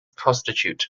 prostitute